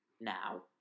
now